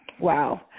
Wow